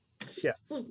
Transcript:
Yes